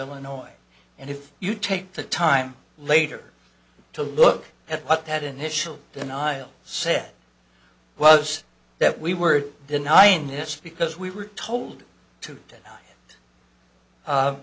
illinois and if you take the time later to look at what that initial denial said was that we were denying this because we were told to